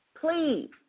Please